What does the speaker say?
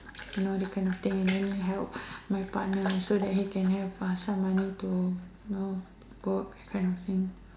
and all that kind of thing and then help my partner so he can have um some money to you know go kind of thing